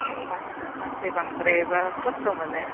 औ मानसि बांद्रायबा खस्थ' मोनो